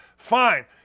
Fine